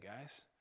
guys